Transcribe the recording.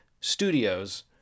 Studios